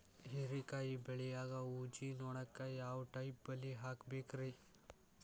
ಹೇರಿಕಾಯಿ ಬೆಳಿಯಾಗ ಊಜಿ ನೋಣಕ್ಕ ಯಾವ ಟೈಪ್ ಬಲಿ ಹಾಕಬೇಕ್ರಿ?